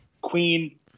Queen